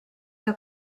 que